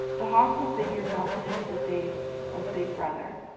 the hostile figure melted into the face of big brother,